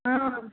ହଁ